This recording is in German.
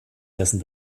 dessen